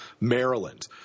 Maryland